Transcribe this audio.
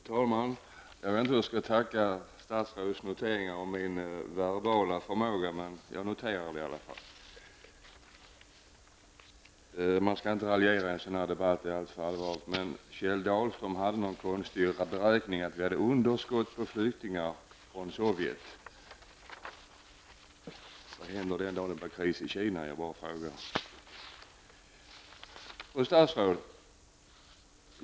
Fru talman! Jag vet inte hur jag skall tacka för statsrådets noteringar beträffande min verbala förmåga. Jag har i varje fall noterat vad statsrådet sade. Man skall inte raljera i en sådan här debatt -- debatten är alldeles för allvarlig för att man skulle göra det. Men Kjell Dahlström hade konstiga beräkningar. Han talade om ett underskott av flyktingar från Sovjet. Mot den bakgrunden undrar jag: Vad händer den dag det blir kris i Kina? Fru statsrådet!